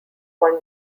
one